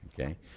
Okay